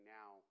now